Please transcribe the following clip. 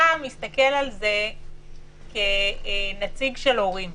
אתה מסתכל על זה כנציג של הורים,